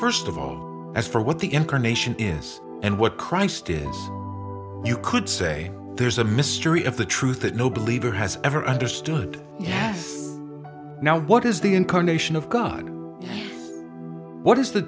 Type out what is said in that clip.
st of all as for what the incarnation is and what christ is you could say there's a mystery of the truth that no believe or has ever understood yes now what is the incarnation of god what is the